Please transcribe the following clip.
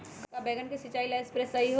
का बैगन के सिचाई ला सप्रे सही होई?